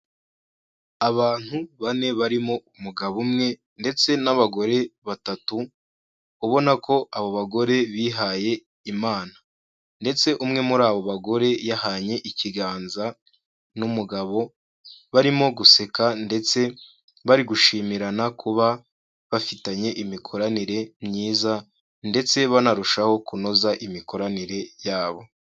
Abantu bane barimo umugabo umwe ndetse n'abagore batatu, ubona ko abo bagore bihaye Imana ndetse umwe muri abo bagore yahanye ikiganza n'umugabo, barimo guseka ndetse bari gushimirana kuba bafitanye imikoranire myiza ndetse banarushaho kunoza imikoranire yabo.